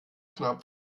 knapp